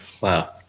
Wow